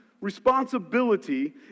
responsibility